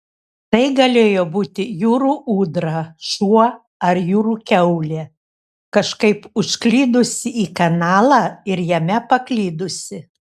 tai galėjo būti jūrų ūdra šuo ar jūrų kiaulė kažkaip užklydusi į kanalą ir jame paklydusi